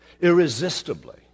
irresistibly